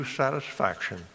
satisfaction